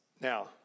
Now